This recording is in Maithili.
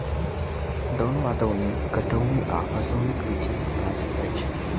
दौन वा दौनी कटनी आ ओसौनीक बीचक काज अछि